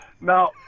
now